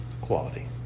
quality